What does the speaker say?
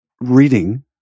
reading